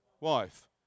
wife